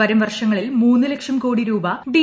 വരും വർഷങ്ങളിൽ മൂന്ന് ലക്ഷം കോട്ടി രൂപ്പ് ഡി